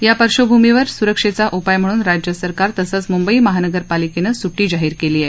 या पार्श्वभूमीवर सुरक्षेचा उपाय म्हणून राज्य सरकार तसंच मुंबई महानगर पालिकेनं सुट्टी जाहीर केली आहे